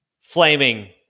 flaming